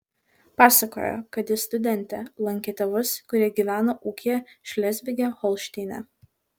pasakojo kad ji studentė lankė tėvus kurie gyvena ūkyje šlezvige holšteine